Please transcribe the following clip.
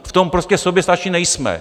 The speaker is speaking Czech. V tom prostě soběstační nejsme!